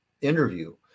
interview